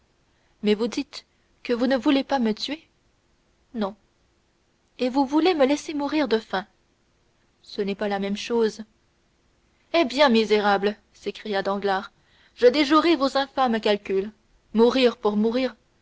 mais vous dites que vous ne voulez pas me tuer non et vous voulez me laisser mourir de faim ce n'est pas la même chose eh bien misérables s'écria danglars je déjouerai vos infâmes calculs mourir pour mourir